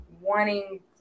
wanting